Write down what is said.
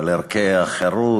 על ערכי החירות,